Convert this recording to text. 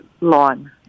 line